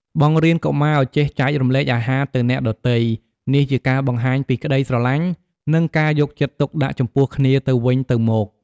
បង្រៀនកុមារឲ្យចេះចែករំលែកអាហារទៅអ្នកដទៃ នេះជាការបង្ហាញពីក្តីស្រឡាញ់ និងការយកចិត្តទុកដាក់ចំពោះគ្នាទៅវិញទៅមក។